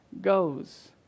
goes